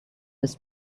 his